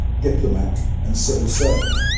diplomat and civil servant.